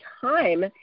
time